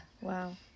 wow